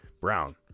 Brown